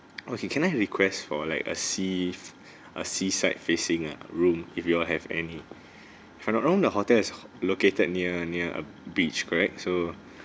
okay can I request for like a sea a seaside facing uh room if you have any as I know the hotel is located near near a beach correct so